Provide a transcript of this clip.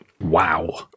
Wow